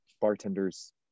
bartenders